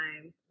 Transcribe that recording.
time